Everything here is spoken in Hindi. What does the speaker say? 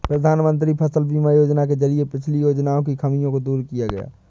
प्रधानमंत्री फसल बीमा योजना के जरिये पिछली योजनाओं की खामियों को दूर किया